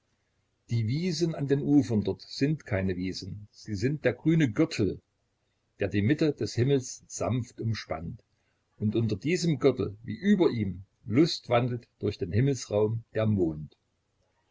die wiesen an den ufern dort sind keine wiesen sie sind der grüne gürtel der die mitte des himmels sanft umspannt und unter diesem gürtel wie über ihm lustwandelt durch den himmelsraum der mond